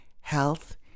health